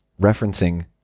referencing